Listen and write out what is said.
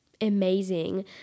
amazing